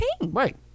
Right